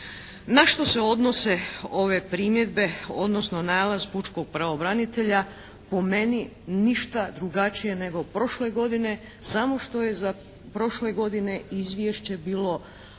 Na što se odnose ove primjedbe odnosno nalaz pučkog pravobranitelja? Po meni ništa drugačije nego prošle godine samo što je za prošle godine izvješće bilo